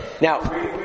Now